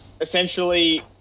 essentially